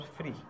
free